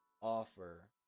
offer